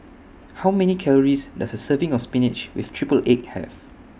How Many Calories Does A Serving of Spinach with Triple Egg Have